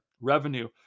Revenue